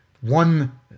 one